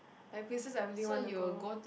like places I really want to go